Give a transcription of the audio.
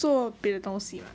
做别的东西 lah